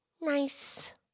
Nice